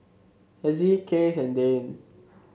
Hezzie Case and Dane